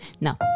no